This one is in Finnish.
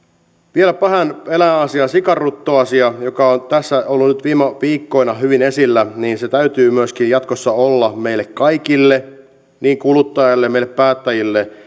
vielä vähän eläinasiaa sikaruttoasiaa joka on tässä ollut nyt viime viikkoina hyvin esillä sen täytyy myöskin jatkossa olla meille kaikille niin kuluttajille kuin meille päättäjille